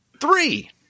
Three